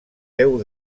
deu